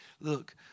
look